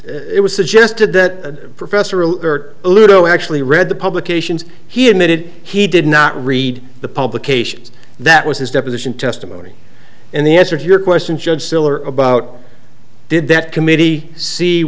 it was suggested that professor alert actually read the publications he admitted he did not read the publications that was his deposition testimony and the answer to your question judge still are about did that committee see